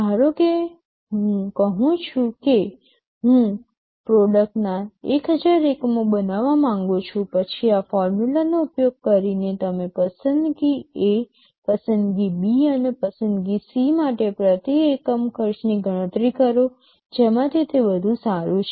ધારો કે હું કહું છું કે હું પ્રોડક્ટનાં ૧000 એકમો બનાવવા માંગું છું પછી આ ફોર્મુલાનો ઉપયોગ કરીને તમે પસંદગી A પસંદગી B અને પસંદગી C માટે પ્રતિ એકમ ખર્ચની ગણતરી કરો જેમાંથી તે વધુ સારું છે